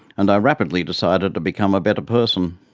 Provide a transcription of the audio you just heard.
and i rapidly decided to become a better person.